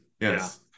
Yes